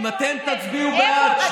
אם אתם תצביעו בעד,